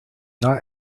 not